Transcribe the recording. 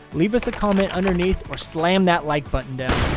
leave us a comment underneath or slam that like button down!